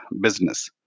business